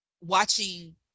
watching